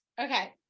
okay